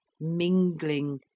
mingling